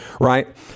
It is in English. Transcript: right